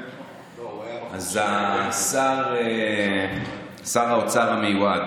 שר האוצר המיועד,